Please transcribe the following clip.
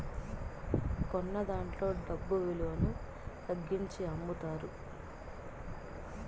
కొన్నదాంట్లో డబ్బు విలువను తగ్గించి అమ్ముతారు